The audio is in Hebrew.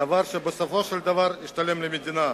דבר שבסופו של דבר ישתלם למדינה.